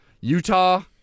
Utah